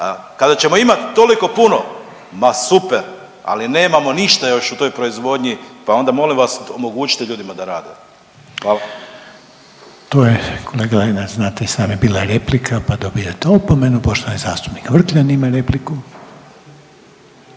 Kada ćemo imati toliko puno ma super, ali nemamo ništa još u toj proizvodnji pa onda molim vas omogućite ljudima da rade. Hvala. **Reiner, Željko (HDZ)** To je kolega Lenart znate i sami bila replika pa dobijate opomenu. Poštovani zastupnik Vrkljan ima repliku.